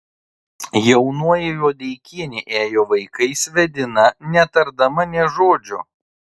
jaunoji juodeikienė ėjo vaikais vedina netardama nė žodžio